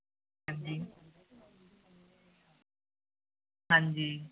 ਹਾਂਜੀ ਹਾਂਜੀ